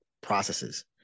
processes